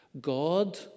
God